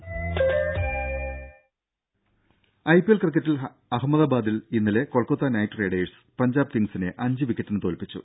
ദര I P L ക്രിക്കറ്റിൽ അഹമ്മദാബാദിൽ ഇന്നലെ കൊൽക്കത്ത നൈറ്റ് റൈഡേഴ്സ് പഞ്ചാബ് കിംഗ്സിനെ അഞ്ച് വിക്കറ്റിന് തോൽപ്പിച്ചു